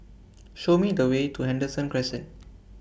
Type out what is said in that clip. Show Me The Way to Henderson Crescent